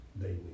daily